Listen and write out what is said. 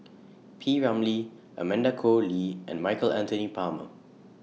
P Ramlee Amanda Koe Lee and Michael Anthony Palmer